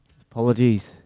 apologies